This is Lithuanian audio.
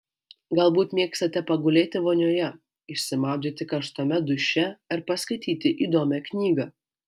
galbūt mėgstate pagulėti vonioje išsimaudyti karštame duše ar paskaityti įdomią knygą